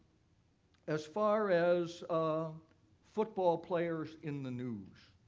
as far as ah football players in the news,